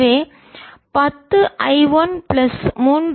எனவே 10I1 plus 3I2